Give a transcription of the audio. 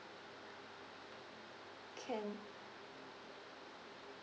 can